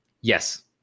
Yes